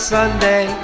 Sunday